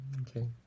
Okay